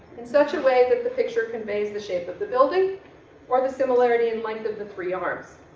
in such a way that the picture conveys the shape of the building or the similarity in length of the three arms.